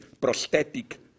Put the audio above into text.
prosthetic